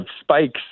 spikes